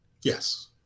Yes